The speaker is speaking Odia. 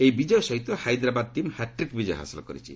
ଏହି ବିଜୟ ସହିତ ହାଇଦ୍ରାବାଦ୍ ଟିମ୍ ହାଟ୍ରିକ୍ ବିଜୟ ହାସଲ କରିଛି